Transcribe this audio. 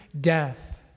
death